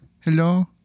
hello